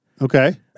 Okay